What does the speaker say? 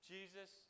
Jesus